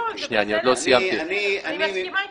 אני מסכימה איתך.